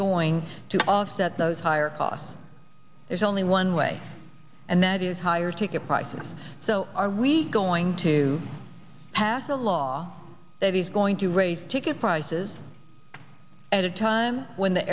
going to offset those higher costs there's only one way and that is higher ticket prices so are we going to pass a law that he's going to raise ticket prices at a time when the